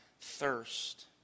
thirst